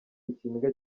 ikiniga